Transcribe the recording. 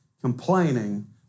complaining